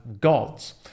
gods